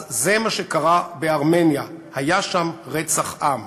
אז זה מה שקרה בארמניה, היה שם רצח עם.